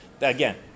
Again